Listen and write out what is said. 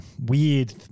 weird